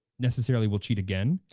necessarily will cheat again.